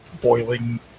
boiling